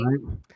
right